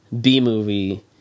b-movie